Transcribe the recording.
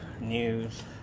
news